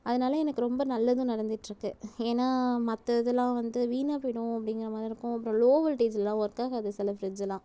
அதனால எனக்கு ரொம்ப நல்லதும் நடந்துட்டிருக்கு ஏனா மத்த இதெல்லாம் வந்து வீணா போயிடும் அப்படிங்குற மாதிரி இருக்கும் அப்பறம் லோ வோல்ட்டேஜெல்லாம் ஒர்க்காகாது சில ஃபிரிட்ஜ்லாம்